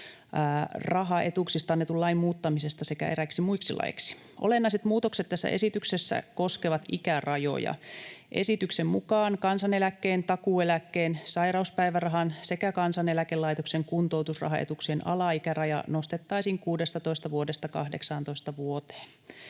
kuntoutusrahaetuuksista annetun lain muuttamisesta sekä eräiksi muiksi laeiksi. Olennaiset muutokset tässä esityksessä koskevat ikärajoja. Esityksen mukaan kansaneläkkeen, takuueläkkeen, sairauspäivärahan sekä Kansaneläkelaitoksen kuntoutusrahaetuuksien alaikäraja nostettaisiin 16 vuodesta 18 vuoteen.